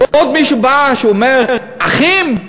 ועוד מישהו בא, שאומר: אחים.